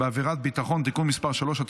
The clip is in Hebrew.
בעבירת ביטחון) (תיקון מס' 3),